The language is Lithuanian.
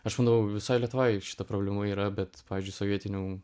aš manau visoj lietuvoj šita problema yra bet pavyzdžiui sovietinių